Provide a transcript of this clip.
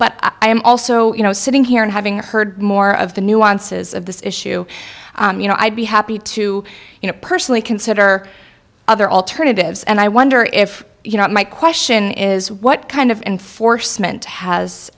but i am also you know sitting here and having heard more of the nuances of this issue you know i'd be happy to you know personally consider other alternatives and i wonder if you know my question is what kind of enforcement has